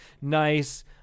nice